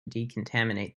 decontaminate